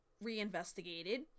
re-investigated